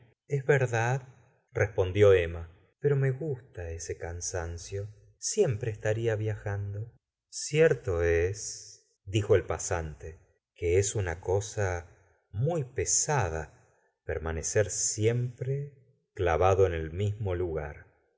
verdad respondió emma pero me gusta ese cansancio siempre estaría viajando cierto es dijo el pasante que es cosa muy pesada permanecer siempre clavado en el mismo lugar